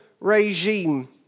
regime